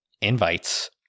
invites